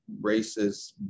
racist